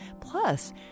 Plus